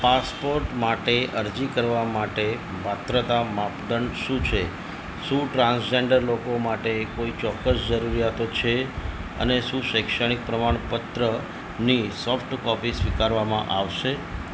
passport માટે અરજી કરવા માટે પાત્રતા માપદંડ શું છે શું ટ્રાન્સજેન્ડર લોકો માટે કોઈ ચોક્કસ જરૂરિયાતો છે અને શું શૈક્ષણિક પ્રમાણપત્રની સોફ્ટકોપી સ્વીકારવામાં આવશે